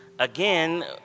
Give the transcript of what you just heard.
Again